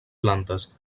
plantes